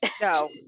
No